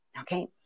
Okay